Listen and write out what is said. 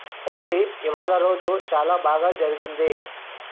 ఓలీ ఇవాళ రోజు చాలా బాగా జరిగింది